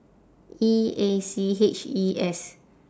E A C H E S